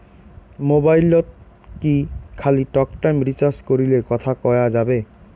মোবাইলত কি খালি টকটাইম রিচার্জ করিলে কথা কয়া যাবে?